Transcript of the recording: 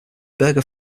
burger